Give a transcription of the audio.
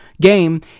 game